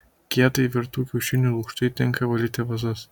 kietai virtų kiaušinių lukštai tinka valyti vazas